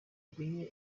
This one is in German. dinge